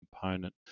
component